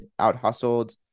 outhustled